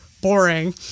Boring